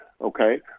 Okay